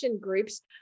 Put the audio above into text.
groups